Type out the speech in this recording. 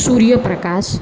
સૂર્યપ્રકાશ